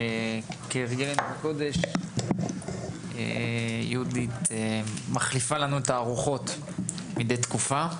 כהרגלנו בקודש יהודית מחליפה לנו את התערוכות מדי תקופה.